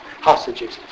hostages